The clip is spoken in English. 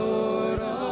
Lord